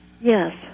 Yes